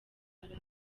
muri